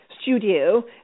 studio